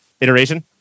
iteration